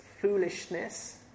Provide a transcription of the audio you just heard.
foolishness